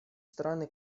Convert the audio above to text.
страны